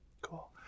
Cool